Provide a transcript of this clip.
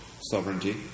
sovereignty